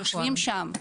יושבים שם.